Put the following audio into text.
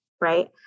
right